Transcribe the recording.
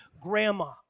grandma